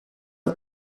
ils